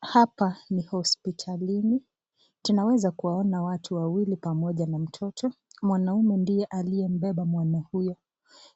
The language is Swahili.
Hapa ni hospitalini, tunaweza kuwaona watubwawili pamoja na mtoto, Mwana ume ndiye aliyembeba mwana huyo